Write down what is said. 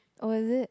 oh is it